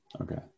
okay